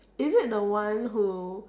is it the one who